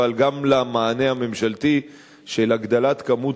אבל גם למענה הממשלתי של הגדלת כמות